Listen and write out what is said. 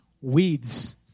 Weeds